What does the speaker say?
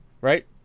right